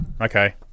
okay